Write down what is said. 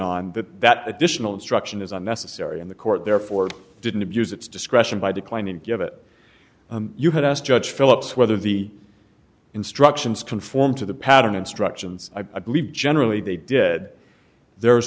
on that that additional instruction is unnecessary and the court therefore didn't abuse its discretion by declining to give it you had asked judge philips whether the instructions conform to the pattern instructions i believe generally they did there